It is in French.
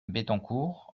bettencourt